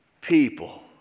people